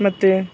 ಮತ್ತು